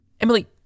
Emily